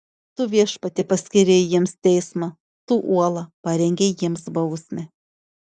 tu viešpatie paskyrei jiems teismą tu uola parengei jiems bausmę